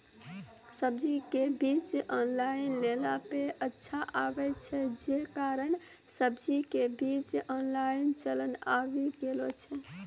सब्जी के बीज ऑनलाइन लेला पे अच्छा आवे छै, जे कारण सब्जी के बीज ऑनलाइन चलन आवी गेलौ छै?